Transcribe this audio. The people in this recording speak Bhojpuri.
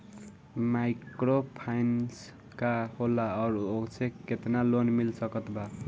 माइक्रोफाइनन्स का होखेला और ओसे केतना लोन मिल सकत बा?